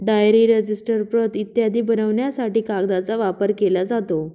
diary, register, प्रत इत्यादी बनवण्यासाठी कागदाचा वापर केला जातो